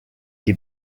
die